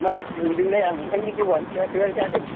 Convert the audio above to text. मानसि लिंदोंलै आं ओंखायनो जौआनो थोआ थोआ जादों